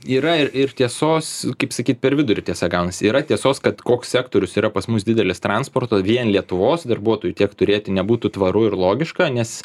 yra ir ir tiesos kaip sakyt per vidurį tiesa gaunasi yra tiesos kad koks sektorius yra pas mus didelis transporto vien lietuvos darbuotojų tiek turėti nebūtų tvaru ir logiška nes